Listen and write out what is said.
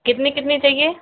कितने कितने चाहिए